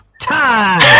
Time